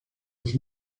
was